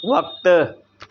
वक़्तु